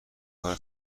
کار